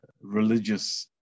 religious